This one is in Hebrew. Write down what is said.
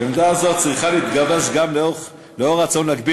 עמדה זו צריכה להתגבש גם לאור הרצון להגביר